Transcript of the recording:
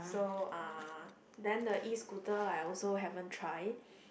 so uh then the E-Scooter I also haven't try